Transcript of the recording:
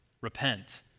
repent